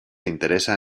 interesa